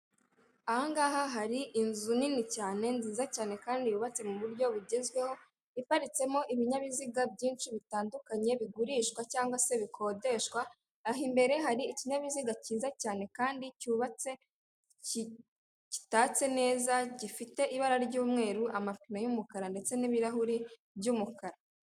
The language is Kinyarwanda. Aha ngaha hari inzu nini cyane nziza cyane kandi yubatse mu buryo bugezweho, iparitsemo ibinyabiziga byinshi bitandukanye, bigurishwa cg se bikodeshwa, aha imbere hari ikinyabiziga cyiza cyane kandi cyubatse, kitatse neza gifite ibara ry'umweru, amapine y'umukara, ndetse n'ibirahuri by'umukara.